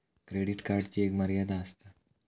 credit कार्डची एक मर्यादा आसता